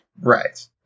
Right